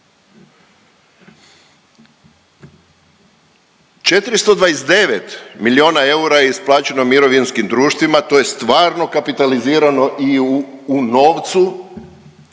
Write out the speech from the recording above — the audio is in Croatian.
429 milijona eura je isplaćeno mirovinskim društvima. To je stvarno kapitalizirano i u novcu